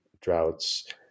droughts